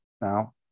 now